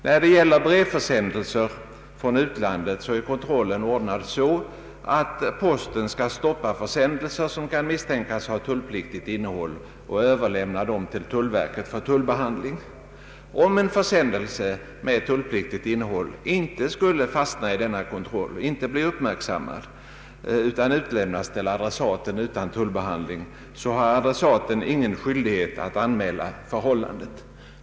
När det gäller brevförsändelser från utlandet är kontrollen ordnad så att posten skall stoppa försändelser som kan misstänkas ha tullpliktigt innehåll och överlämna dem till tullverket för tullbehandling. Om en försändelse med tullpliktigt innehåll inte skulle fastna i denna kontroll utan utlämnas till adressaten utan tullbehandling, har adressaten ingen skyldighet att anmäla förhållandet.